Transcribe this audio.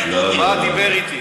דיבר איתי.